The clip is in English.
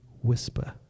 whisper